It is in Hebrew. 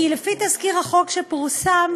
כי לפי תזכיר החוק שפורסם,